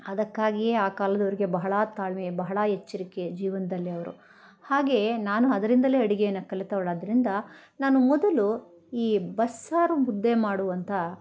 ಅದಕ್ಕಾಗಿಯೇ ಆ ಕಾಲದವರಿಗೆ ಬಹಳ ತಾಳ್ಮೆ ಬಹಳ ಎಚ್ಚರಿಕೆ ಜೀವನದಲ್ಲಿ ಅವರು ಹಾಗೇ ನಾನು ಅದರಿಂದಲೇ ಅಡಿಗೆಯನ್ನು ಕಲಿತವಳಾದ್ರಿಂದ ನಾನು ಮೊದಲು ಈ ಬಸ್ಸಾರು ಮುದ್ದೆ ಮಾಡುವಂಥಾ